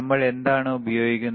നമ്മൾ എന്താണ് ഉപയോഗിക്കുന്നത്